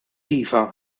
iva